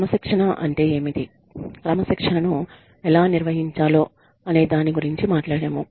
క్రమశిక్షణ అంటే ఏమిటి క్రమశిక్షణను ఎలా నిర్వహించాలో అనే దాని గురించి మాట్లాడాము